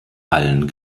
allen